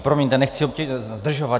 Promiňte, nechci zdržovat.